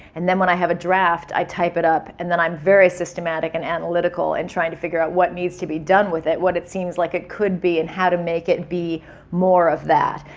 and then when i have a draft, i type it up and then i'm very systematic and analytical in trying to figure out what needs to be done with it, what it seems like it could be and how to make it be more of that.